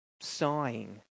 sighing